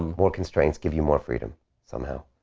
more constraints give you more freedom somehow.